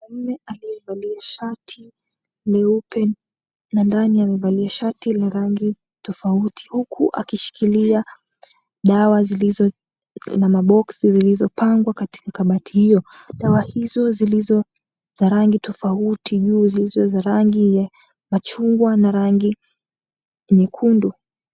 Mwanaume aliyevalia shati leupe na ndani amevalia amevalia shati la rangi tofauti huku akishikilia dawa zilizo na maboksi zilizopangwa katika kabati hio. Dawa hizo zilizo za rangi tofauti juu zilizo za rangi ya machungwa na rangi nyekundu.